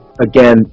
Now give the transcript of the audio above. again